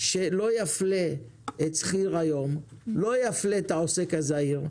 כדי שלא יפלו את שכיר היום ואת העוסק הזעיר,